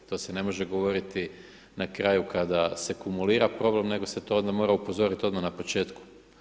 To se ne može govoriti na kraju kada se kumulira problem nego se to onda mora upozoriti odmah na početku.